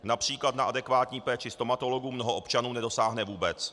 Například na adekvátní péči stomatologů mnoho občanů nedosáhne vůbec.